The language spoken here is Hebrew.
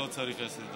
2018, לא אושרה.